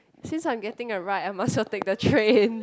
since I am getting a ride I might as well take the train